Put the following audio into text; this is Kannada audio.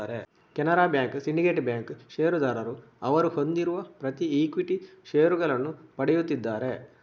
ಕೆನರಾ ಬ್ಯಾಂಕ್, ಸಿಂಡಿಕೇಟ್ ಬ್ಯಾಂಕ್ ಷೇರುದಾರರು ಅವರು ಹೊಂದಿರುವ ಪ್ರತಿ ಈಕ್ವಿಟಿ ಷೇರುಗಳನ್ನು ಪಡೆಯುತ್ತಿದ್ದಾರೆ